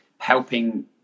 helping